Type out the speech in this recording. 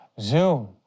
Zoom